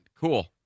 cool